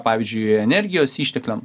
pavyzdžiui energijos ištekliam